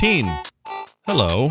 Hello